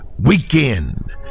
Weekend